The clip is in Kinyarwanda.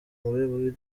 muri